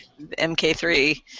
MK3